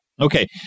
Okay